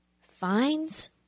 Fines